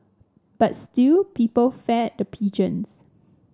but still people fed the pigeons